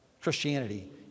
Christianity